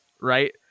right